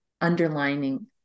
underlining